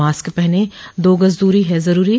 mask पहनें दो गज दूरी है जरूरी